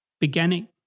beginning